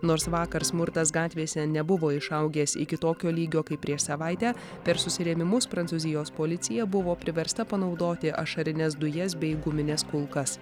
nors vakar smurtas gatvėse nebuvo išaugęs iki tokio lygio kaip prieš savaitę per susirėmimus prancūzijos policija buvo priversta panaudoti ašarines dujas bei gumines kulkas